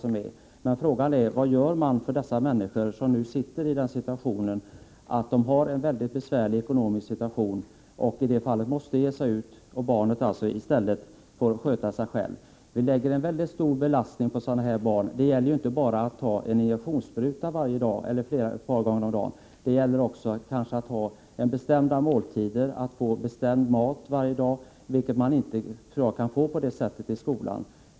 Frågan är emellertid vad man gör för de människor som nu befinner sig i en mycket besvärlig ekonomisk situation, där de måste gå ut i arbetslivet och barnet får sköta sig självt. Det läggs en mycket stor belastning på dessa barn. Det gäller ju inte bara att ta injektionssprutor varje dag; de måste också få måltider på bestämda tider varje dag, med viss bestämd mat, vilket jag inte tror att de på samma sätt kan få i skolan.